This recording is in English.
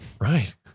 Right